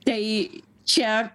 tai čia